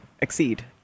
exceed